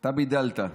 אתה בידלת.